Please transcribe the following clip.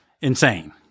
insane